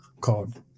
called